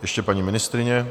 Ještě paní ministryně.